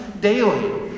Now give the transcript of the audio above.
daily